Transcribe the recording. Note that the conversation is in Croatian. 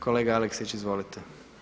Kolega Aleksić, izvolite.